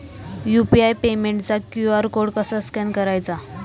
UPI पेमेंटचा QR code कसा scan करायचा?